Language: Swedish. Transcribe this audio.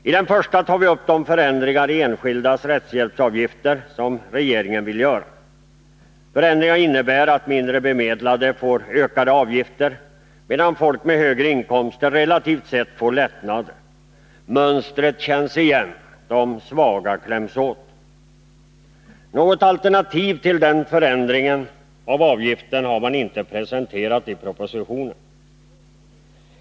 I den första tar vi upp de förändringar i den enskildes rättshjälpsavgifter som regeringen vill göra. Förändringarna innebär att mindre bemedlade får ökade avgifter, medan folk med högre inkomster relativt sett får lättnader. Mönstret känns igen — de svaga kläms åt! Något alternativ till denna förändring av avgiften har inte presenterats i propositionen.